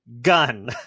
Gun